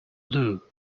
loo